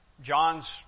John's